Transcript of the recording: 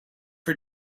for